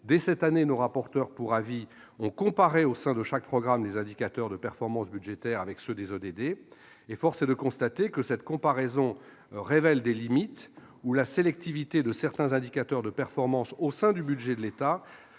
Dès cette année, nos rapporteurs pour avis ont comparé, au sein de chaque programme, les indicateurs de performance budgétaire avec ceux des ODD. Force est de constater que cette comparaison révèle des limites : par leur sélectivité, certains indicateurs de performance, au sein du budget de l'État,